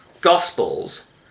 gospels